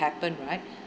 happen right